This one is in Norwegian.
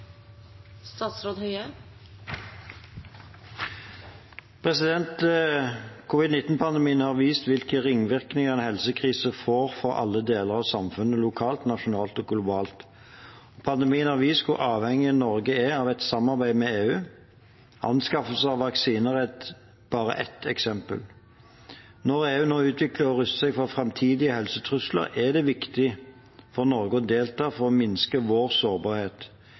har vist hvilke ringvirkninger en helsekrise får for alle deler av samfunnet, lokalt, nasjonalt og globalt. Pandemien har vist hvor avhengig Norge er av et samarbeid med EU. Anskaffelser av vaksiner er bare ett eksempel. Når EU nå utvikler og ruster seg for framtidige helsetrusler, er det viktig for Norge å delta for å minske vår sårbarhet.